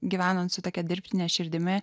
gyvenant su tokia dirbtine širdimi